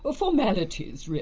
ah formalities,